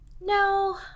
No